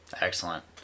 Excellent